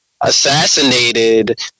assassinated